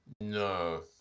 No